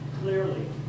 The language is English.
Clearly